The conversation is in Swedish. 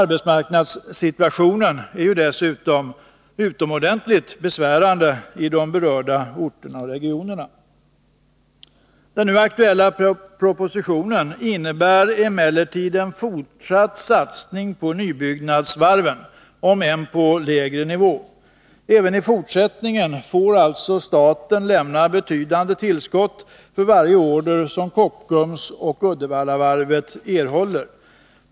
Arbetsmarknadssituationen är dessutom utomordentligt besvärande i berörda orter och regioner. Den nu aktuella propositionen innebär emellertid en fortsatt satsning på nybyggnadsvarven, om än på lägre nivå. Även i fortsättningen får alltså staten lämna betydande tillskott för varje order som Kockums och Uddevallavarvet erhåller.